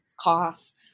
costs